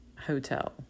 hotel